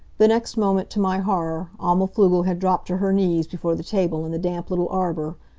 the next moment, to my horror, alma pflugel had dropped to her knees before the table in the damp little arbor,